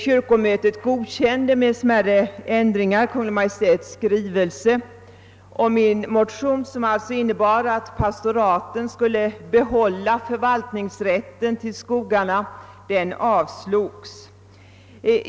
Kyrkomötet godkände med smärre ändringar Kungl. Maj:ts skrivelse, och min motion — som alltså innebar att pastoraten skulle behålla förvaltningsrätten till skogarna avslogs.